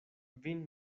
vin